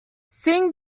singh